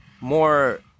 more